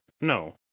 No